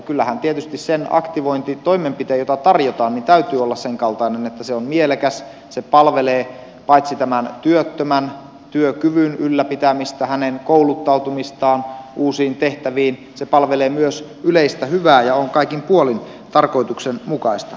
kyllähän tietysti sen aktivointitoimenpiteen jota tarjotaan täytyy olla senkaltainen että se on mielekäs se palvelee paitsi tämän työttömän työkyvyn ylläpitämistä tai hänen kouluttautumistaan uusiin tehtäviin myös yleistä hyvää ja on kaikin puolin tarkoituksenmukaista